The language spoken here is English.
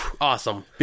awesome